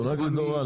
כו.